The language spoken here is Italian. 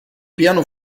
piano